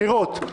בחירות?